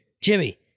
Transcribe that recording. Jimmy